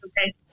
okay